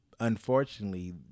unfortunately